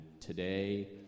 today